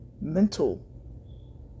mental